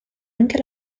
anche